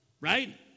Right